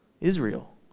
Israel